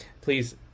please